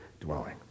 dwelling